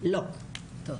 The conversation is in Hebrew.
אותה.